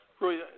Roy